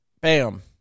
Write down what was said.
Bam